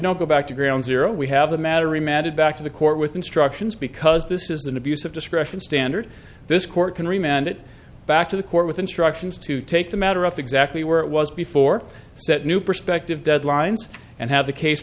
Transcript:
don't go back to ground zero we have the matter emad it back to the court with instructions because this is an abuse of discretion standard this court can remain and it back to the court with instructions to take the matter up exactly where it was before said new perspective deadlines and have the case